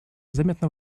заметно